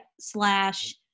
slash